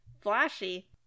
flashy